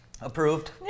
Approved